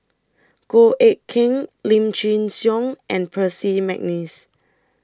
Goh Eck Kheng Lim Chin Siong and Percy Mcneice